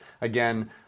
again